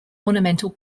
ornamental